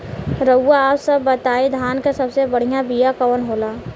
रउआ आप सब बताई धान क सबसे बढ़ियां बिया कवन होला?